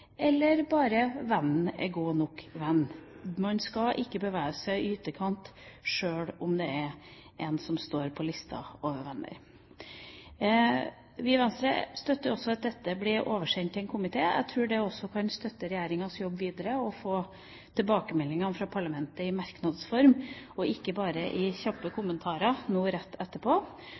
eller bare vennen er god nok venn. Man skal ikke bevege seg i ytterkant sjøl om det gjelder en som står på listen over venner. Vi i Venstre støtter også at dette blir oversendt til en komité. Jeg tror det kan støtte regjeringas jobb videre å få tilbakemeldinger fra parlamentet i merknads form, og ikke bare i kjappe kommentarer nå rett etterpå.